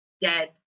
dead